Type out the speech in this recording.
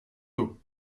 d’eau